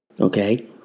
Okay